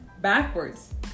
backwards